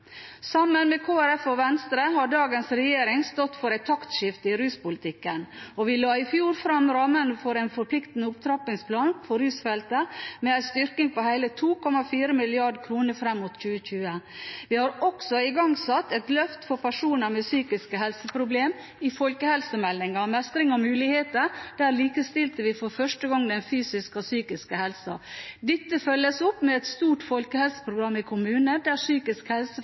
Sammen med Kristelig Folkeparti og Venstre har dagens regjering stått for et taktskifte i ruspolitikken, og vi la i fjor fram rammene for en forpliktende opptrappingsplan for rusfeltet – med en styrking på hele 2,4 mrd. kr fram mot 2020. Vi har også igangsatt et løft for personer med psykiske helseproblemer. I folkehelsemeldingen Mestring og muligheter likestilte man for første gang den fysiske og psykiske helsen. Dette følges opp med et stort folkehelseprogram i kommunene, der psykisk helse for